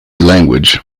language